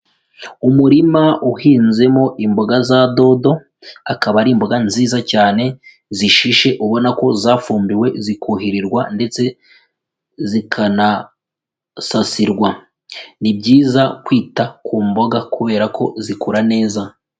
Umurima uhinzemo imboga za dodo, akaba ari imboga nziza cyane zishishe ubona ko zafumbiwe zikuhirirwa ndetse zikanasasirwa, ni byiza kwita ku mboga kubera ko zikura neza.